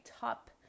top